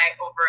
over